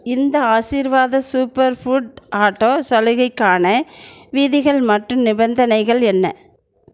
இந்த Aashirvaad super food atta சலுகைக்கான விதிகள் மற்றும் நிபந்தனைகள் என்ன